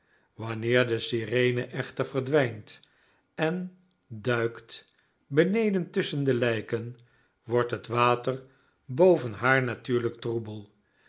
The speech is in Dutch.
wanneer de sirene echter verdwijnt en duikt beneden tusschen de lijken wordt het water boven haar natuurlijk troebel